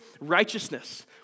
righteousness